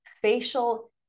facial